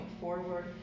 forward